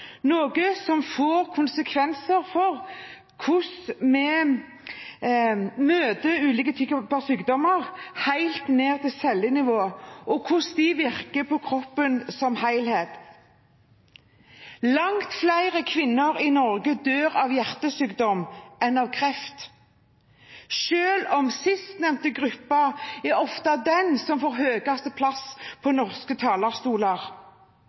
noe som får konsekvenser for hvordan vi møter ulike typer sykdommer helt ned til cellenivå, og hvordan de virker på kroppen som helhet. Langt flere kvinner i Norge dør av hjertesykdom enn av kreft, selv om sistnevnte gruppe ofte er den som får mest plass på norske talerstoler.